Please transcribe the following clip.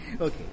Okay